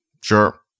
Sure